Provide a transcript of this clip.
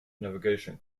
navigation